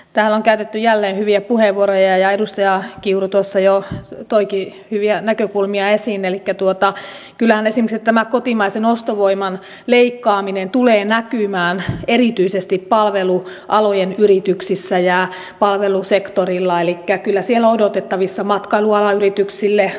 täällä on käytetty jälleen hyviä puheenvuoroja ja edustaja kiuru tuossa toikin jo hyviä näkökulmia esiin elikkä kyllähän esimerkiksi tämä kotimaisen ostovoiman leikkaaminen tulee näkymään erityisesti palvelualojen yrityksissä ja palvelusektorilla elikkä kyllä on odotettavissa vaikeuksia matkailualan yrityksille ravintola alan yrityksille kaupalle